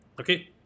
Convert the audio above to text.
okay